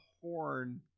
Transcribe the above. horn